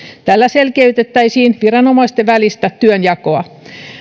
tällä selkeytettäisiin viranomaisten välistä työnjakoa